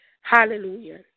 Hallelujah